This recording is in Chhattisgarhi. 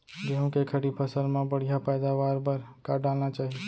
गेहूँ के खड़ी फसल मा बढ़िया पैदावार बर का डालना चाही?